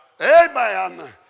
amen